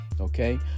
okay